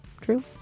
True